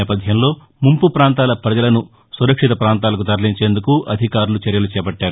నేపథ్యంలో ముంపు పాంతాల పజలను సురక్షిత పాంతాలకు తరలించేందుకు అధికారులు చర్యలు చేపట్లారు